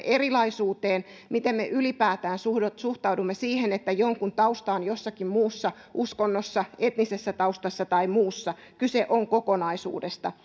erilaisuuteen miten me ylipäätään suhtaudumme siihen että jonkun tausta on jossakin muussa uskonnossa etnisessä ryhmässä tai muussa kyse on kokonaisuudesta